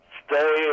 stay